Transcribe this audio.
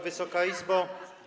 Wysoka Izbo!